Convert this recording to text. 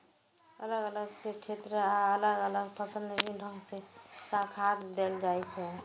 अलग अलग क्षेत्र आ अलग अलग फसल मे विभिन्न ढंग सं खाद देल जाइ छै